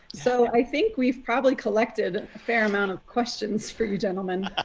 so i think we've probably collected a fair amount of questions for you gentlemen